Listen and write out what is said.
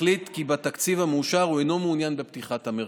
החליט כי בתקציב המאושר הוא אינו מעוניין בפתיחת המרכז,